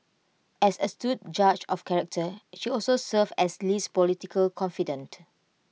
as astute judge of character she also served as Lee's political confidante